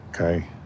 okay